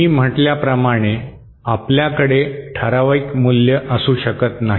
मी म्हटल्याप्रमाणे आपल्याकडे ठराविक मूल्य असू शकत नाही